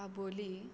Amboli